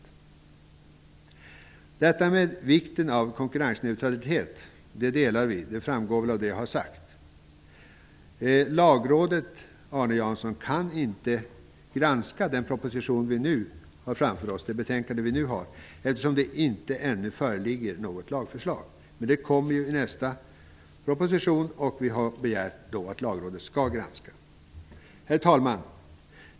Vi delar uppfattningen om vikten av konkurrensneutralitet, och det har väl också framgått av det som jag har sagt. Lagrådet kan inte, Arne Jansson, granska förslagen i den proposition och i det utskott som vi nu har framför oss. Det föreligger ännu inte något lagförslag. Ett sådant kommer i nästa proposition, och vi har begärt att Lagrådet skall granska det. Herr talman!